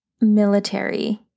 military